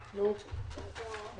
מאותו מקור.